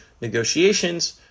negotiations